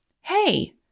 Hey